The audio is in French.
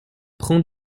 prends